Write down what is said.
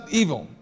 evil